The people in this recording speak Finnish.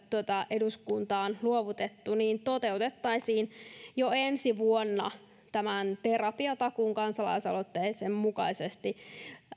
eduskuntaan luovutettu toteutettaisiin jo ensi vuonna tämän terapiatakuu kansalaisaloitteen mukaisesti